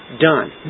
done